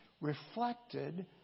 reflected